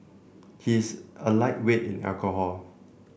he is a lightweight in alcohol